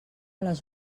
les